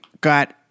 got